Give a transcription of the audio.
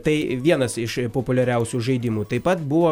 tai vienas iš populiariausių žaidimų taip pat buvo